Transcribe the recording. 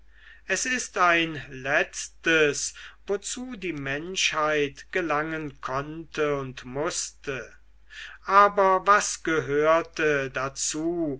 es ist ein letztes wozu die menschheit gelangen konnte und mußte aber was gehörte dazu